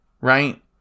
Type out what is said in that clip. right